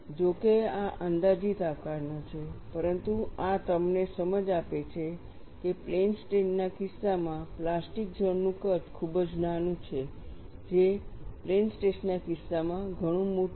જોકે આ અંદાજીત આકારનો છે પરંતુ આ તમને સમજ આપે છે કે પ્લેન સ્ટ્રેઇન ના કિસ્સામાં પ્લાસ્ટિક ઝોન નું કદ ખૂબ જ નાનું છે જે પ્લેન સ્ટ્રેસ ના કિસ્સામાં ઘણું મોટું છે